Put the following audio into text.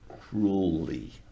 cruelly